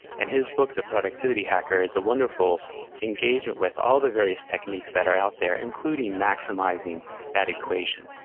and his book the productivity hacker is a wonderful engagement with all the various techniques that are out there, including maximizing that equation.